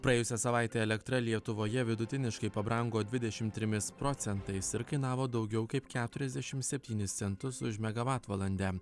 praėjusią savaitę elektra lietuvoje vidutiniškai pabrango dvidešim trimis procentais ir kainavo daugiau kaip keturiasdešim septynis centus už megavatvalandėlę